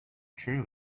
true